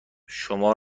شما